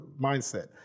mindset